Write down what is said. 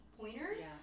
pointers